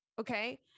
Okay